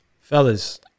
Fellas